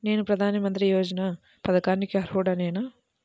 నేను ప్రధాని మంత్రి యోజన పథకానికి అర్హుడ నేన?